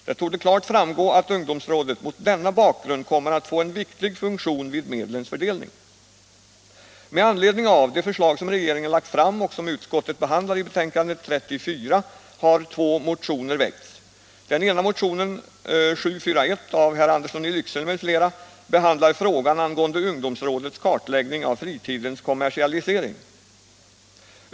Det torde klart framgå att ungdomsrådet mot denna bakgrund kommer att få en viktig funktion vid medlens fördelning.